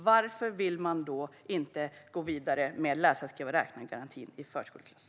Varför vill ni då inte gå vidare med läsa-skriva-räkna-garantin i förskoleklass?